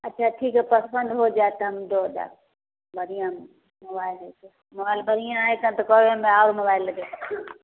अच्छा ठीक हइ पसन्द हो जाएत तऽ हम दऽ देब बढ़िआँ मोबाइल हेतै मोबाइल बढ़िआँ हैत ने कहबै हमरा आओर मोबाइल लेबै